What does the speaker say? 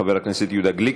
חבר הכנסת יהודה גליק,